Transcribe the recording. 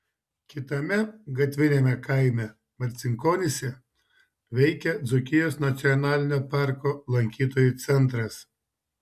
kitame gatviniame kaime marcinkonyse veikia dzūkijos nacionalinio parko lankytojų centras